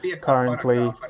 currently